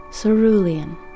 cerulean